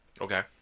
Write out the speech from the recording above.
Okay